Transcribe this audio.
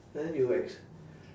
then you ex~